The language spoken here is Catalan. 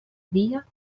dia